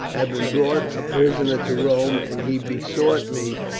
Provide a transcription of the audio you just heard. had been brought a prisoner to rome, and he besought me,